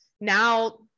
now